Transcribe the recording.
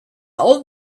old